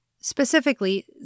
Specifically